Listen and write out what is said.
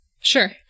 Sure